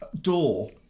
door